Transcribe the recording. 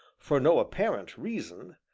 for no apparent reason,